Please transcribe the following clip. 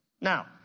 Now